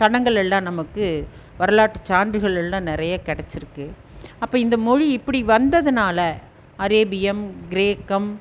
தடயங்கள் எல்லாம் நமக்கு வரலாற்று சான்றுகள் எல்லாம் நிறையே கிடச்சிருக்கு அப்போ இந்த மொழி இப்படி வந்ததுனால் அரேபியம் கிரேக்கம்